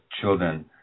children